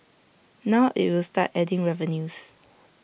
now IT will start adding revenues